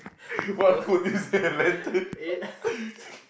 what food is the lantern